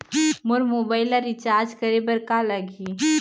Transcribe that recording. मोर mobile ला recharge करे बर का लगही?